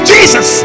Jesus